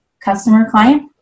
customer-client